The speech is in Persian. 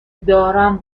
دارم